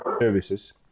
services